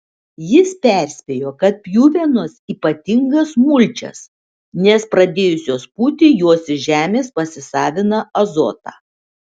jis perspėjo kad pjuvenos ypatingas mulčias nes pradėjusios pūti jos iš žemės pasisavina azotą